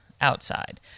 outside